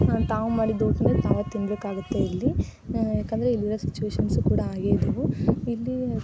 ತಾವು ಮಾಡಿದ್ದು ಊಟನೇ ತಾವು ತಿನ್ನಬೇಕಾಗುತ್ತೆ ಇಲ್ಲಿ ಏಕೆಂದರೆ ಇಲ್ಲಿರೋ ಸಿಚುವೇಶನ್ಸು ಕೂಡ ಹಾಗೆ ಇದ್ದವು ಇಲ್ಲಿ